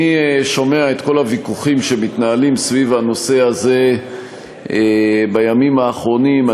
אני שומע את כל הוויכוחים שמתנהלים סביב הנושא הזה בימים האחרונים.